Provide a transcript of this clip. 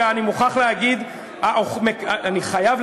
אני חייב,